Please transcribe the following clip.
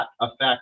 affect